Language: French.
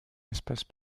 espace